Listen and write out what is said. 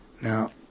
Now